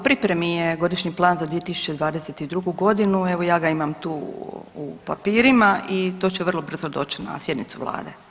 U pripremi je godišnji plan za 2022.g., evo ja ga imam tu u papirima i to će vrlo brzo doći na sjednicu vlade.